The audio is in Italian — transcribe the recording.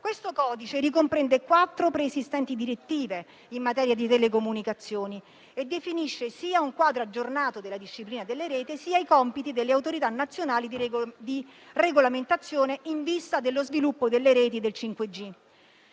Questo codice ricomprende quattro preesistenti direttive in materia di telecomunicazioni e definisce sia un quadro aggiornato della disciplina delle reti, sia i compiti delle Autorità nazionali di regolamentazione, in vista dello sviluppo delle reti 5G.